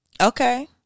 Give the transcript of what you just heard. Okay